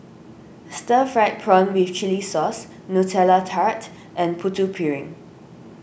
Stir Fried Prawn with Chili Sauce Nutella Tart and Putu Piring